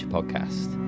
Podcast